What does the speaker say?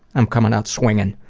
i'm coming out swinging.